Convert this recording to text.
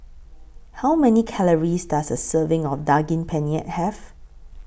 How Many Calories Does A Serving of Daging Penyet Have